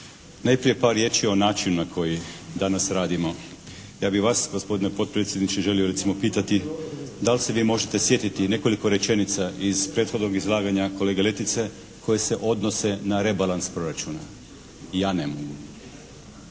Najprije par riječi o načinu na koji danas radimo. Ja bih vas gospodine potpredsjedniče, želio recimo pitati da li se vi možete sjetiti nekoliko rečenica iz prethodnog izlaganja kolege Letice koje se odnose na rebalans proračuna? Ja ne mogu.